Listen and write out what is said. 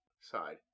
side